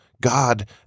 God